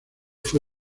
fue